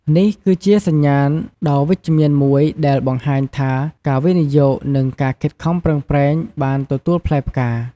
នេះគឺជាសញ្ញាណដ៏វិជ្ជមានមួយដែលបង្ហាញថាការវិនិយោគ និងការខិតខំប្រឹងប្រែងបានទទួលផ្លែផ្កា។